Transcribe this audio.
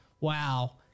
Wow